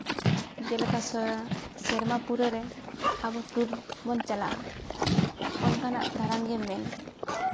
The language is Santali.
ᱡᱮᱞᱮᱠᱟ ᱥᱮᱨᱢᱟ ᱯᱩᱨᱤᱨᱮ ᱟᱵᱚ ᱴᱩᱨ ᱵᱚᱱ ᱪᱟᱞᱟᱜᱼᱟ ᱚᱱᱠᱟᱱᱟᱜ ᱫᱟᱬᱟᱱ ᱜᱮᱢ ᱢᱮᱱ